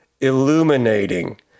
illuminating